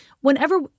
Whenever